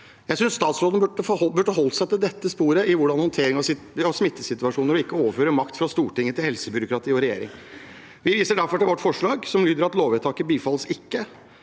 Jeg synes statsråden burde holdt seg til dette sporet i hvordan man håndterer smittesituasjoner og ikke overføre makt fra Stortinget til helsebyråkratiet og regjering. Vi viser derfor til vårt forslag som lyder: «Lovvedtaket bifalles ikke.»